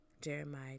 Jeremiah